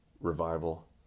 revival